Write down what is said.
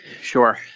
Sure